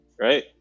right